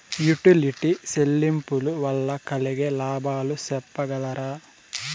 Utility చెల్లింపులు వల్ల కలిగే లాభాలు సెప్పగలరా?